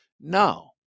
No